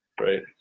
Right